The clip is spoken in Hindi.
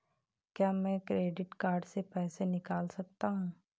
क्या मैं क्रेडिट कार्ड से पैसे निकाल सकता हूँ?